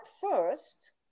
first